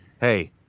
hey